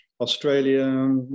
Australia